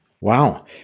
Wow